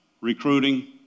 recruiting